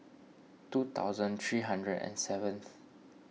two thousand three hundred and seventh